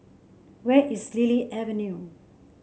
where is Lily Avenue